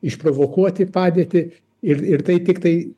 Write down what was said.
išprovokuoti padėtį ir ir tai tiktai